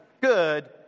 good